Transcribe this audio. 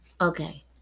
okay